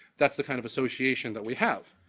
that's the kind of association that we have.